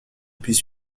puisse